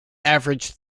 average